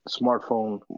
smartphone